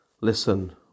Listen